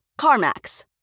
CarMax